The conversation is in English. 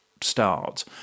start